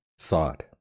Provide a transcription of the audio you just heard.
thought